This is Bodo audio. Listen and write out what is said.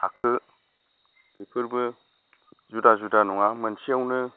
थाखो बेफोरबो जुदा जुदा नङा मोनसेयावनो